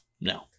no